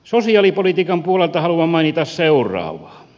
sosiaalipolitiikan puolelta haluan mainita seuraavaa